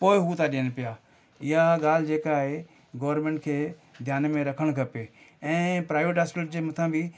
पोइ हू था ॾियनि पिया इहा ॻाल्हि जेका आहे गॉरमेंट खे ध्यान में रखणु खपे ऐं प्राइवेट हॉस्पीटल जे मथां बि